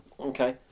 Okay